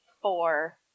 four